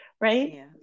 right